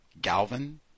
Galvin